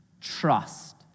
trust